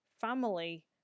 family